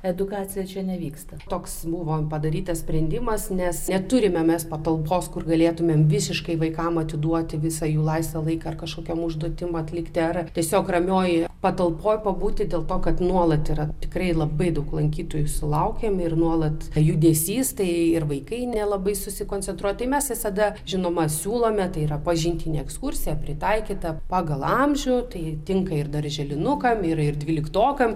edukacija čia nevyksta toks buvo padarytas sprendimas nes neturime mes patalpos kur galėtumėm visiškai vaikams atiduoti visą jų laisvą laiką kažkokiom užduotims atlikti ar tiesiog ramioj patalpoj pabūti dėl to kad nuolat yra tikrai labai daug lankytojų sulaukiam ir nuolat judesys tai ir vaikai nelabai susikoncentruoja tai mes visada žinoma siūlome tai yra pažintinė ekskursija pritaikyta pagal amžių tai tinka ir darželinukam ir dvyliktokam